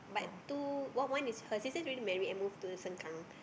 but two one one is her sister's already married and move to Sengkang